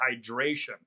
hydration